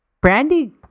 brandy